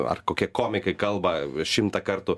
ar kokie komikai kalba šimtą kartų